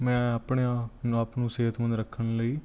ਮੈਂ ਆਪਣਾ ਆ ਆਪ ਨੂੰ ਸਿਹਤਮੰਦ ਰੱਖਣ ਲਈ